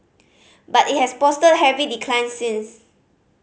but it has posted heavy declines since